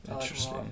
Interesting